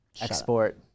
export